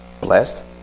blessed